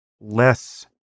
less